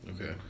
Okay